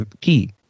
key